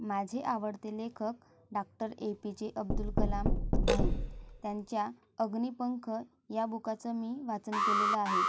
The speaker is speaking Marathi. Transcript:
माझे आवडते लेखक doctor A P J Abdul Kalam आहेत त्यांच्या अग्निपंख ह्या बुकाचं मी वाचन केलेलं आहे